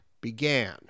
began